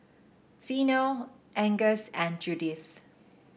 Zeno Angus and Judith